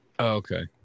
Okay